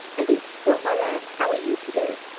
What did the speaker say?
and it's well, my lad, how are you today?